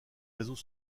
réseaux